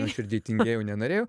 nuoširdžiai tingėjau nenorėjau